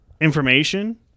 information